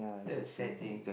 that's a sad thing